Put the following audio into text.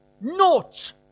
nought